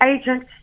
agent